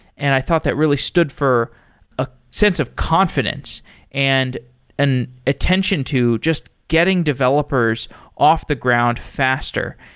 and i thought that really stood for a sense of confidence and an attention to just getting developers off the ground faster.